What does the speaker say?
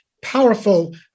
powerful